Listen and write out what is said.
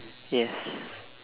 yes